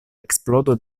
eksplodo